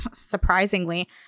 surprisingly